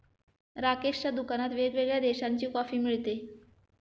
राकेशच्या दुकानात वेगवेगळ्या देशांची कॉफी मिळते